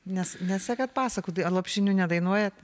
nes nesekat pasakų lopšinių nedainuojat